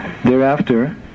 Thereafter